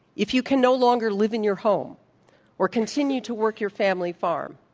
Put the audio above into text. if you can no longer live in your home or continue to work your family farm,